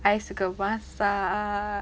I suka masak